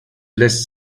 lässt